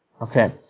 Okay